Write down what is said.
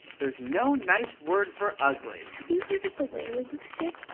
there's no nice word for ugly. have you heard of the whaling stick?